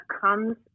comes